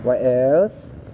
what else